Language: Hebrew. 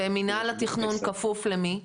ומינהל התכנון כפוף למי?